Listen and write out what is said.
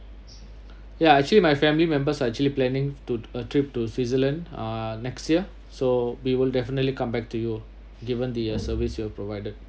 yeah actually my family members are actually planning to a trip to switzerland uh next year so we will definitely come back to you given the uh service you've provided